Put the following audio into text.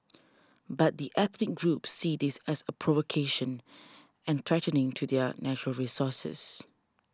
but the ethnic groups see this as a provocation and threatening to their natural resources